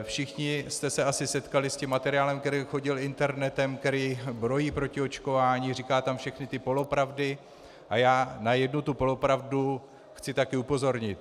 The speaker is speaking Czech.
Všichni jste se setkali asi s tím materiálem, který chodil internetem, který brojí proti očkování, říká tam všechny ty polopravdy, a já na jednu tu polopravdu chci také upozornit.